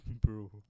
Bro